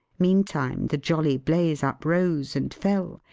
meantime, the jolly blaze uprose and fell,